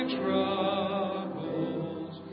troubles